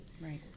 Right